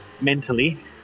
mentally